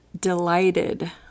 delighted